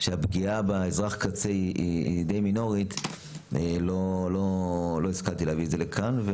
שהפגיעה באזרח קצה היא די מינורית לא הסכמתי להביא את זה לכאן.